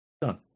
Done